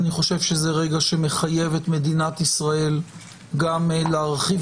אני חושב שזה רגע שמחייב את מדינת ישראל גם להרחיב